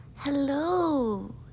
hello